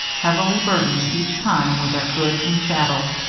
heavily burdened each time with their goods and chattels,